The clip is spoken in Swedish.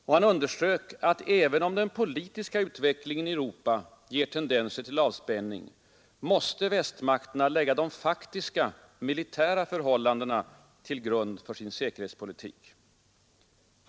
Och han underströk att även om den politiska utvecklingen i Europa ger tendenser till avspänning, måste västmakterna lägga de faktiska militära förhållandena till grund för sin säkerhetspolitik.